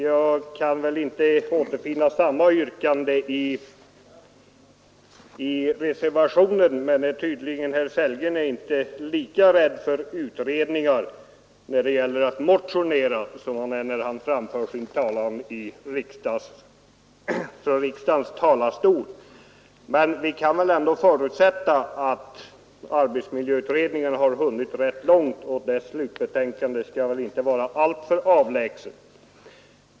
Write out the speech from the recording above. Jag kan visserligen inte återfinna samma yrkande i reservationen, men herr Sellgren är tydligen inte lika rädd för utredningar när han motionerar som när han står i kammarens talarstol. Vi kan väl ändå förutsätta att arbetsmiljöutredningen har hunnit rätt långt, så dess slutbetänkande bör inte vara för avlägset.